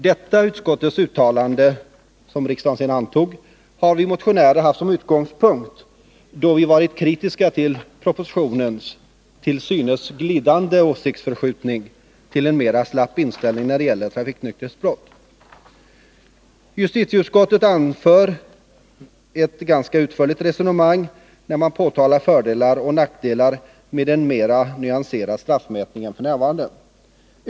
Detta utskottets uttalande, som riksdagen sedan antog, har vi motionärer haft som utgångspunkt då vi varit kritiska till propositionens till synes glidande åsiktsförskjutning till en mera slapp inställning när det gäller trafiknykterhetsbrott. Justitieutskottet för ett ganska utförligt resonemang, där man påtalar fördelar och nackdelar med en mera nyanserad straffmätning än f.n.